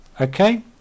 okay